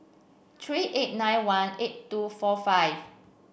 three eight nine one eight two four five